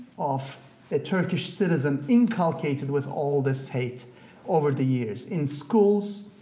of the turkish citizen inculcated with all this hate over the years in schools,